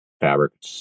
fabric